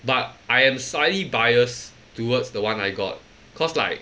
but I am slightly bias towards the one I got cause like